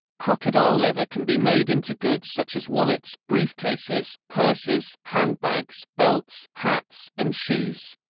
crocodile leather can be made into goods such as wallets, briefcases, purses, handbags, belts, hats, and shoes.